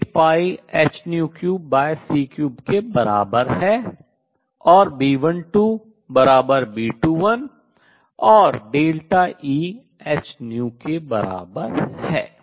और B12 बराबर B21 और डेल्टा E hν के बराबर है